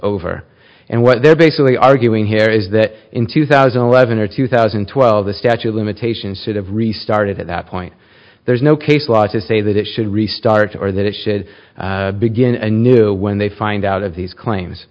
over and what they're basically arguing here is that in two thousand and eleven or two thousand and twelve the statue of limitations should have restarted at that point there's no case law to say that it should restart or that it should begin a new when they find out of these claims